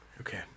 Okay